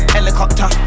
Helicopter